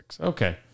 Okay